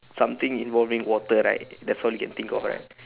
something involving water right that's all you can think of right